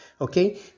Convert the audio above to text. okay